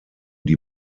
die